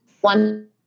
One